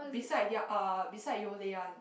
beside their uh beside Yole one